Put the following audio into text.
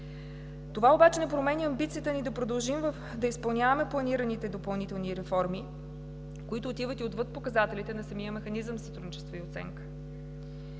Това обаче не променя амбицията ни да продължим да изпълняваме планираните допълнителни реформи, които отиват и отвъд показателите на самия Механизъм за сътрудничество и оценка.